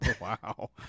Wow